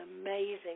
amazing